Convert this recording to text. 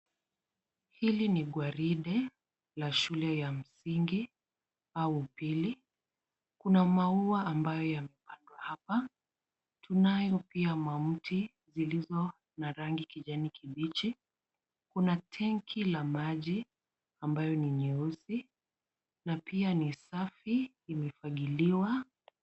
Hili ni gwaride la shule ya msingi au upili. Kuna maua ambayo yamepandwa hapa. Tunayo pia miti zilizo na rangi ya kijani kibichi. Kuna tenki la maji ambalo ni nyeusi na pia ni safi imefagiliwa.